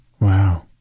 Wow